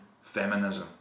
feminism